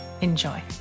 Enjoy